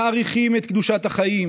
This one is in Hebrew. מעריכים את קדושת החיים